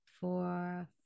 four